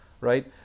right